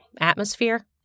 atmosphere